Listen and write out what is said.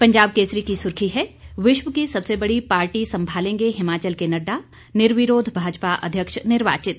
पंजाब केसरी की सुर्खी है विश्व की सबसे बड़ी पार्टी संभालेंगे हिमाचल के नड्डा निर्विरोध भाजपा अध्यक्ष निर्वाचित